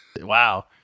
wow